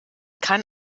kann